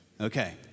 Okay